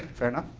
fair enough.